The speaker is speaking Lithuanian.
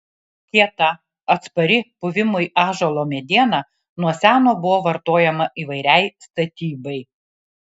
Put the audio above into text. kieta atspari puvimui ąžuolo mediena nuo seno buvo vartojama įvairiai statybai